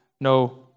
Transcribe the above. no